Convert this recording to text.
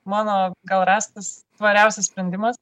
mano gal rastas tvariausias sprendimas